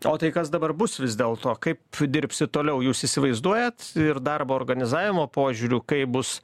o tai kas dabar bus vis dėlto kaip dirbsit toliau jūs įsivaizduojat ir darbo organizavimo požiūriu kaip bus